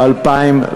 הלאה.